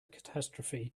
catastrophe